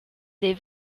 des